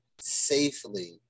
safely